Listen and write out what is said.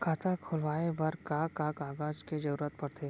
खाता खोलवाये बर का का कागज के जरूरत पड़थे?